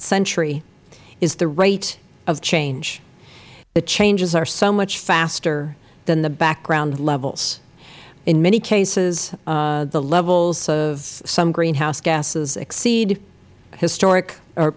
century is the rate of change the changes are so much faster than the background levels in many cases the levels of some greenhouse gases exceed historic